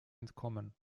entkommen